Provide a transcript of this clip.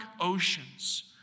oceans